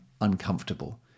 uncomfortable